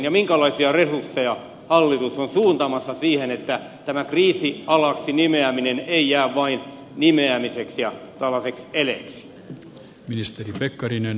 minkälaisia resursseja hallitus on suuntaamassa siihen että tämä kriisialaksi nimeäminen ei jää vain nimeämiseksi ja tällaiseksi eleeksi